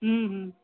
हूँ हूँ